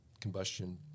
combustion